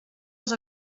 els